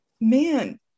Man